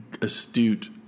astute